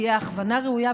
תהיה הכוונה ראויה,